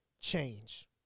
Change